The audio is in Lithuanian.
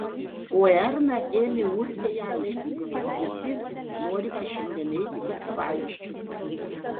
o erna ėmė urtei aiškinti girdi norima šiandien eiti pasivaikščioti